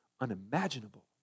unimaginable